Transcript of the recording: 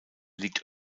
liegt